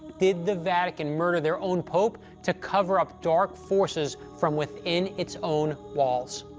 did the vatican murder their own pope to cover up dark forces from within its own walls?